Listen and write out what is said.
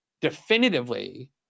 definitively